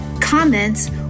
comments